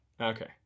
Okay